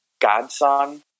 godson